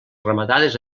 rematades